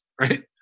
right